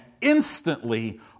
instantly